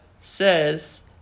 says